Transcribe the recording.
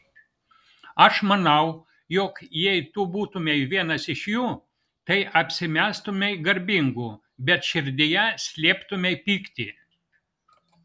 aš manau jog jei tu būtumei vienas iš jų tai apsimestumei garbingu bet širdyje slėptumei pyktį